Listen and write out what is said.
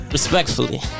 Respectfully